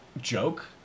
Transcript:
joke